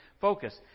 focus